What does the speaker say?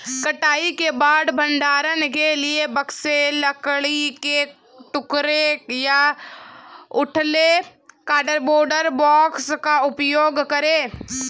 कटाई के बाद भंडारण के लिए बक्से, लकड़ी के टोकरे या उथले कार्डबोर्ड बॉक्स का उपयोग करे